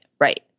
Right